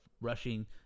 rushing